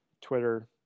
twitter